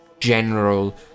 general